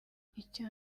icya